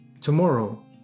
tomorrow